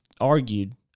argued